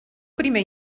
primer